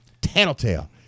Tattletale